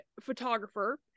photographer